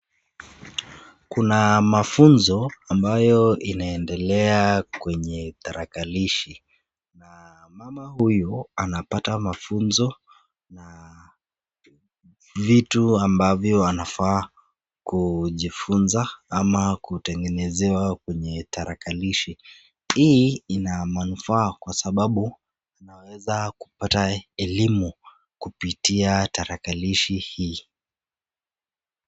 Kuna mafunzo ambayo inaendelea kwenye tarakilishi na mama huyu anapata mafunzo na vitu ambavyo anafaa kujifunza ama kutengenezewa kwenye tarakilishi. Hii ina manufaa kwa sababu unaweza kupata elimu kupitia tarakilishi hii.